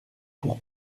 pour